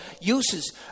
uses